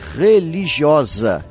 religiosa